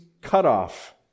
cutoff